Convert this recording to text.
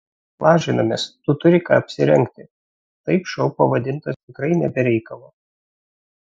lažinamės tu turi ką apsirengti taip šou pavadintas tikrai ne be reikalo